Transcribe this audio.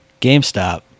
GameStop